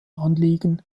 anliegen